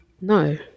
No